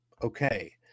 okay